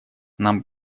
нам